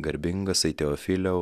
garbingasai teofiliau